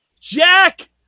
Jack